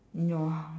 in your